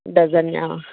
dozen ॾियांव